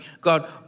God